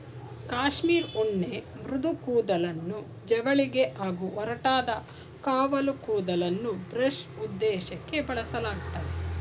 cashmere ಉಣ್ಣೆ ಮೃದು ಕೂದಲನ್ನು ಜವಳಿಗೆ ಹಾಗೂ ಒರಟಾದ ಕಾವಲು ಕೂದಲನ್ನು ಬ್ರಷ್ ಉದ್ದೇಶಕ್ಕೇ ಬಳಸಲಾಗ್ತದೆ